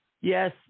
Yes